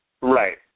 Right